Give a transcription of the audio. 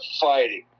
fighting